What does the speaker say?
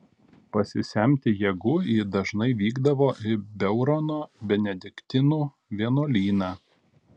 pasisemti jėgų ji dažnai vykdavo į beurono benediktinų vienuolyną